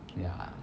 ya